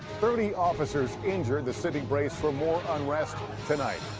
thirty officers injured. the city braces for more unrest tonight.